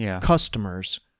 customers